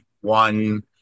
one